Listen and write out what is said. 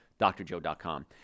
drjoe.com